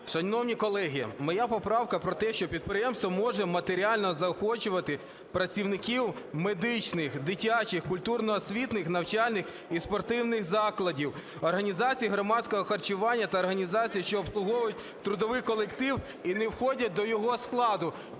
Шановні колеги, моя поправка про те, що підприємство може матеріально заохочувати працівників медичних, дитячих, культурно-освітніх, навчальних і спортивних закладів, організацій громадського харчування та організацій, що обслуговують трудовий колектив і не входять до його складу.